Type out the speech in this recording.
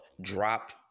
Drop